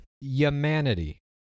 humanity